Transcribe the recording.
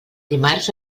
dimarts